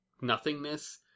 nothingness